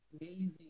amazing